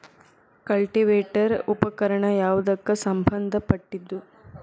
Cultivator ಉಪಕರಣ ಯಾವದಕ್ಕ ಸಂಬಂಧ ಪಟ್ಟಿದ್ದು?